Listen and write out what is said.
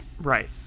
Right